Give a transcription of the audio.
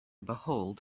behold